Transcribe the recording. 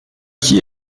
qui